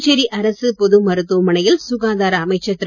புதுச்சேரி அரசுப் பொது மருத்துவ மனையில் சுகாதார அமைச்சர் திரு